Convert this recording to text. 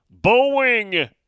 Boeing